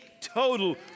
total